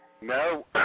No